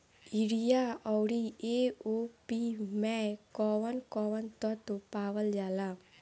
Urea औरी AOP मै कौवन कौवन तत्व पावल जाला?